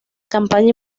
campaña